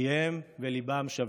פיהם וליבם שווים.